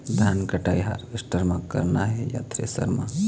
धान कटाई हारवेस्टर म करना ये या थ्रेसर म?